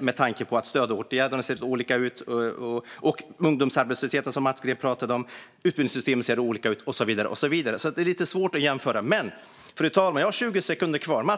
med tanke på att stödåtgärderna ser så olika ut. När det gäller ungdomsarbetslösheten, som Mats Green pratade om, ser utbildningssystemen olika ut - och så vidare. Det är alltså lite svårt att jämföra. Jag har 20 sekunder kvar, fru talman.